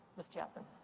ms. chatman?